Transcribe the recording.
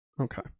Okay